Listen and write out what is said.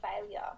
failure